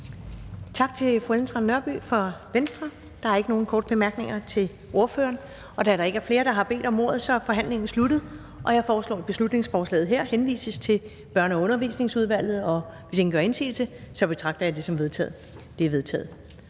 Tak til fru Ellen Trane Nørby fra Venstre. Der er ikke nogen korte bemærkninger til ordføreren for forslagsstillerne. Da der ikke er flere, der har bedt om ordet, er forhandlingen sluttet. Jeg foreslår, at beslutningsforslaget henvises til Børne- og Undervisningsudvalget. Hvis ingen gør indsigelse, betragter jeg det som vedtaget. Det er vedtaget.